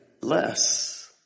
less